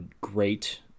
great